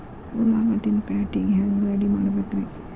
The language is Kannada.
ಉಳ್ಳಾಗಡ್ಡಿನ ಪ್ಯಾಟಿಗೆ ಹ್ಯಾಂಗ ರೆಡಿಮಾಡಬೇಕ್ರೇ?